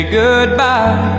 goodbye